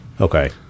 Okay